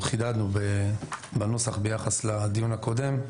שחידדנו בנוסח ביחד לדיון הקודם,